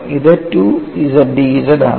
അത് 2 z dz ആണ്